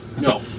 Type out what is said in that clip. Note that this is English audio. no